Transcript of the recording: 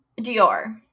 dior